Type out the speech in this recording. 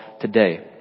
today